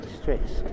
stress